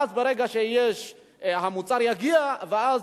ואז, ברגע שהמוצר יגיע, ואז,